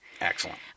Excellent